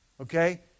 Okay